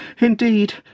indeed